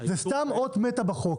זה סתם אות מתה בחוק.